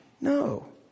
No